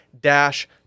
dash